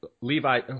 Levi